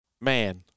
Man